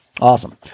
Awesome